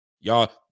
Y'all